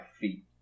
feet